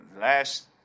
last